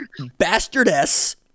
Bastardess